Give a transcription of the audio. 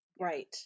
Right